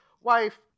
wife